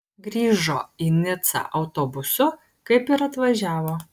grįžo į nicą autobusu kaip ir atvažiavo